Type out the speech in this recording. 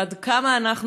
ועד כמה אנחנו,